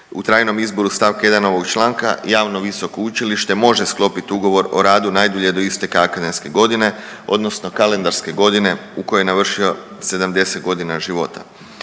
u trajnom izboru st. 1 ovog članka, javno visoko učilište može sklopiti ugovor o radu najdulje do isteka akademske godine, odnosno kalendarske godine u kojoj je navršio 70 godina života.